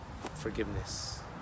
forgiveness